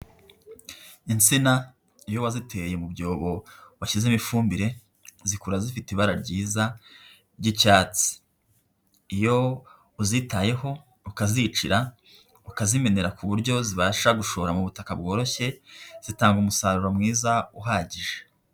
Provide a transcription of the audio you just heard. Insina iyo waziteye mu byobo washyizemo ifumbire zikura zifite ibara ryiza ry'icyatsi, iyo uzitayeho ukazicira ukazimenera ku buryo zibasha gushora mu butaka bworoshye zitanga umusaruro mwiza uhagije.